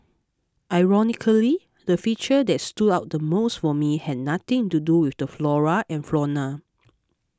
ironically the feature that stood out the most for me had nothing to do with the flora and fauna